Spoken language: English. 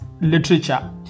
literature